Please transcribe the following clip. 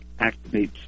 activates